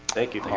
thank you.